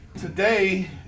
today